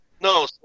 No